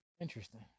Interesting